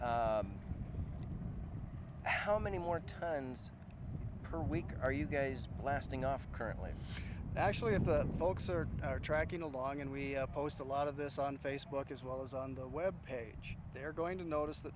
blast how many more tons per week are you guys blasting off currently actually of the folks are tracking along and we post a lot of this on facebook as well as on the web page they're going to notice th